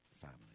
family